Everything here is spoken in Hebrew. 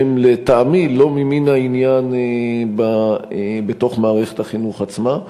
שלטעמי הם לא ממין העניין בתוך מערכת החינוך עצמה.